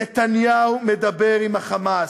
נתניהו מדבר עם ה"חמאס".